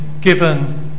given